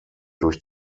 durch